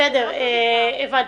בסדר, הבנתי.